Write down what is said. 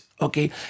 okay